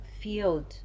field